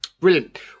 Brilliant